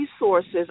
resources